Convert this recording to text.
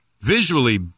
Visually